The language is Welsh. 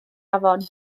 afon